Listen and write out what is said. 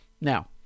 Now